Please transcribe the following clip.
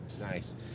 Nice